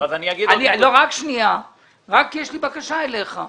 יש לי בקשה אליך.